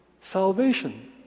salvation